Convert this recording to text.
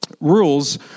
Rules